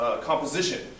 composition